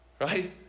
Right